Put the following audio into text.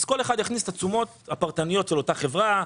אז כל אחד יכניס את התשומות הפרטניות של אותה חברה,